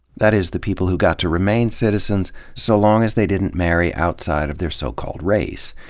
that is, the people who got to remain citizens so long as they didn't marry outside of their so-called race.